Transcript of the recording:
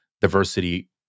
diversity